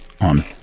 on